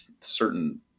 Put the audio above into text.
certain